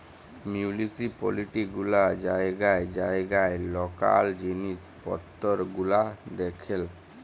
municipality গুলা জাইগায় জাইগায় লকাল জিলিস পত্তর গুলা দ্যাখেল